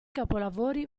capolavori